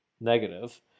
negative